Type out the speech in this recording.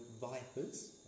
Vipers